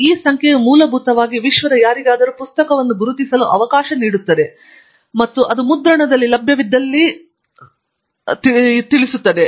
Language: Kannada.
ಈ ಸಂಖ್ಯೆಯು ಮೂಲಭೂತವಾಗಿ ವಿಶ್ವದ ಯಾರಿಗಾದರೂ ಪುಸ್ತಕವನ್ನು ಗುರುತಿಸಲು ಅವಕಾಶ ನೀಡುತ್ತದೆ ಮತ್ತು ಅದು ಮುದ್ರಣದಲ್ಲಿ ಲಭ್ಯವಿದ್ದಲ್ಲಿ ಸಹ ಮೂಲವಾಗಿರಬಹುದು